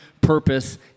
purpose